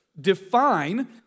define